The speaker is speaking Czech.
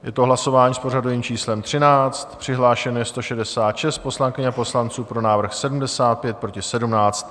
Je to hlasování s pořadovým číslem 13, přihlášeno je 166 poslankyň a poslanců, pro návrh 75, proti 17.